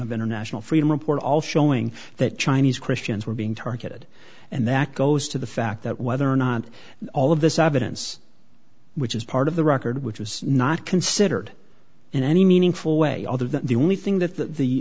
of international freedom report all showing that chinese christians were being targeted and that goes to the fact that whether or not all of this evidence which is part of the record which was not considered in any meaningful way other than the only thing that the